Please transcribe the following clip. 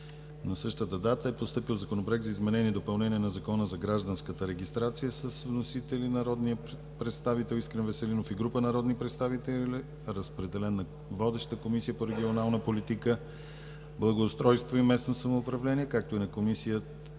На същата дата е постъпил Законопроект за изменение и допълнение за гражданската регистрация с вносители народният представител Искрен Веселинов и група народни представители. Разпределен е на: водеща е Комисията по регионална политика, благоустройство и местно самоуправление, както и на Комисията